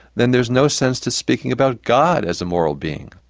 then there's no sense to speaking about god as a moral being.